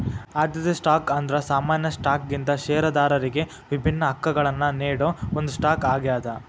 ಆದ್ಯತೆ ಸ್ಟಾಕ್ ಅಂದ್ರ ಸಾಮಾನ್ಯ ಸ್ಟಾಕ್ಗಿಂತ ಷೇರದಾರರಿಗಿ ವಿಭಿನ್ನ ಹಕ್ಕಗಳನ್ನ ನೇಡೋ ಒಂದ್ ಸ್ಟಾಕ್ ಆಗ್ಯಾದ